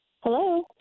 Hello